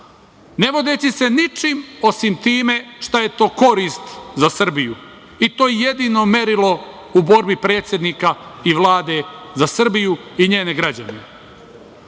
ne vodeći se ničim osim time šta je to korist za Srbiju. To je jedino merilo u borbi predsednika i Vlade za Srbiju i njene građane.